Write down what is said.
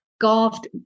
golfed